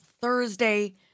Thursday